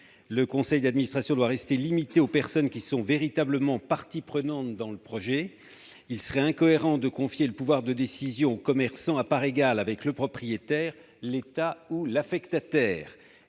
Le conseil d'administration doit rester limité aux personnes qui sont véritablement parties prenantes du projet. Il serait incohérent de confier le pouvoir de décision aux commerçants, ou aux associations de riverains, à parts égales avec le propriétaire, l'État, ou l'affectataire.